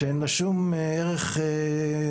שאין לה שום ערך נוסף,